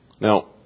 Now